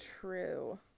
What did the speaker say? true